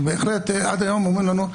עד היום אומרים לנו: